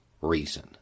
reason